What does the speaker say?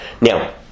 now